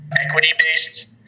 equity-based